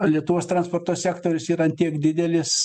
lietuvos transporto sektorius yra ant tiek didelis